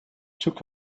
took